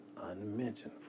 unmentioned